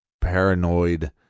paranoid